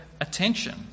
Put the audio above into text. attention